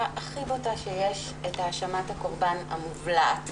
הכי בוטה שיש את האשמת הקורבן המובלעת